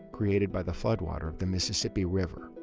created by the floodwater of the mississippi river,